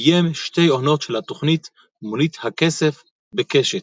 ביים שתי עונות של התכנית "מונית הכסף" בקשת.